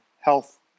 health